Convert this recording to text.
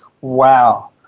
Wow